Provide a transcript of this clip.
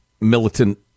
militant